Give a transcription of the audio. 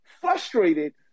frustrated